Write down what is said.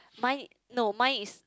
mine no mine is